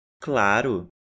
Claro